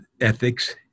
ethics